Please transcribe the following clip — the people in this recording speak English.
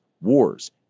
wars